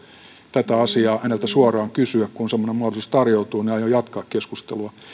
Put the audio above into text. tätä asiaa häneltä suoraan kysyä kun semmoinen mahdollisuus tarjoutuu aion jatkaa keskustelua